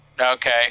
Okay